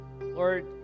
Lord